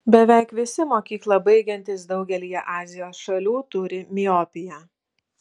beveik visi mokyklą baigiantys daugelyje azijos šalių turi miopiją